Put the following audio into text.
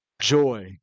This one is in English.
joy